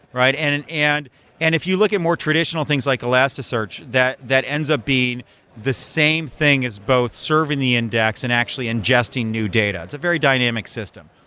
and and and and if you look at more traditional things like elasticsearch, that that ends up being the same thing is both serving the index and actually ingesting new data. it's a very dynamic system.